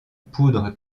poudre